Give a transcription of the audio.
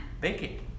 baking